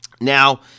Now